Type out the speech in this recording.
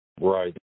Right